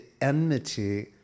enmity